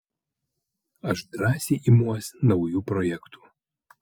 aš drąsiai imuos naujų projektų